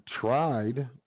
tried